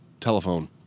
telephone